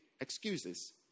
excuses